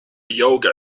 yoga